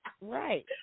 Right